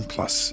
Plus